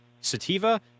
sativa